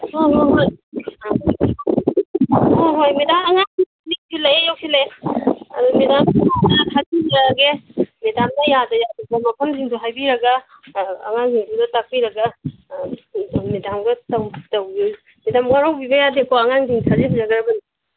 ꯍꯣ ꯍꯣ ꯍꯣꯏ ꯍꯣꯏ ꯍꯣꯏ ꯃꯦꯗꯥꯝ ꯑꯉꯥꯡ ꯌꯧꯁꯤꯜꯂꯛꯑꯦ ꯌꯧꯁꯤꯜꯂꯛꯑꯦ ꯃꯦꯗꯥꯝꯗ ꯃꯦꯗꯥꯝꯅ ꯌꯥꯗ ꯌꯥꯗꯕ ꯃꯐꯝꯁꯤꯡꯗꯣ ꯍꯥꯏꯕꯤꯔꯒ ꯑꯉꯥꯡꯁꯤꯡꯗꯨꯗ ꯇꯥꯛꯄꯤꯔꯒ ꯃꯦꯗꯥꯝꯒ ꯇꯧꯕꯤꯌꯨ ꯃꯦꯗꯥꯝ ꯋꯥꯔꯧꯕꯤꯕ ꯌꯥꯗꯦꯀꯣ ꯑꯉꯥꯡꯁꯤꯡ ꯊꯥꯖꯤꯟꯖꯒ꯭ꯔꯕꯅꯤ